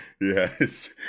yes